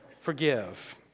Forgive